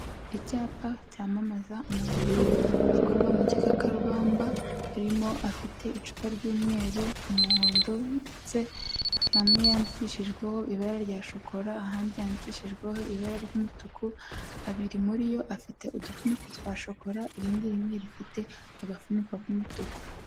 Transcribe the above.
Icyapa cyamamaza amavuta akorwa mu gikakarubamba, harimo afite icupa ry'umweru, umuhondo ndetse hamwe handikishijweho ibara rya shokora ahandi yandikishijweho ibara ry'umutuku, abiri muri yo afite udufuniko twa shokora irindi rimwe rifite agafuniko k'umutuku.